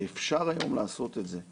ואפשר היום לעשות את זה,